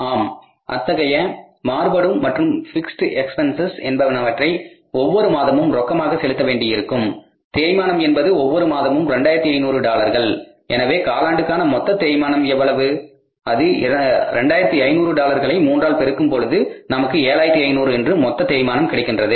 ஆம் அத்தகைய மாறுபடும் மற்றும் பிக்ஸ்ட் எக்ஸ்பென்ஸஸ் என்பனவற்றை ஒவ்வொரு மாதமும் ரொக்கமாக செலுத்த வேண்டியிருக்கும் தேய்மானம் என்பது ஒவ்வொரு மாதமும் 2500 டாலர்கள் எனவே காலாண்டுக்கான மொத்த தேய்மானம் எவ்வளவு அது 2500 டாலர்களை மூன்றால் பெருகும் பொழுது நமக்கு 7500 என்று மொத்த தேய்மானம் கிடைக்கின்றது